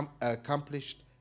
accomplished